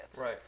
Right